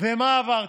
מה עברתי,